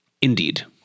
Indeed